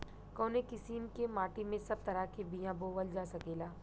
कवने किसीम के माटी में सब तरह के बिया बोवल जा सकेला?